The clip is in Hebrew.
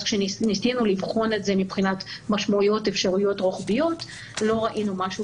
אז כשניסינו לבחון את זה מבחינת משמעויות אפשריות רוחביות לא ראינו משהו